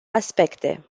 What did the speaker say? aspecte